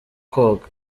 koga